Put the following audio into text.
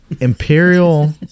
Imperial